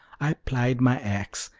i plied my ax,